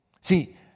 See